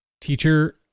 teacher